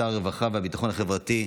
לשר הרווחה והביטחון החברתי,